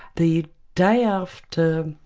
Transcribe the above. the day after